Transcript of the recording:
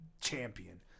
champion